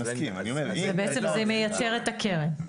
אני אומר --- זה בעצם מייתר את הקרן.